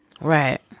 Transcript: Right